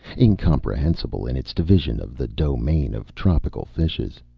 incomprehensible in its division of the domain of tropical fishes,